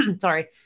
Sorry